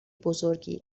بزرگی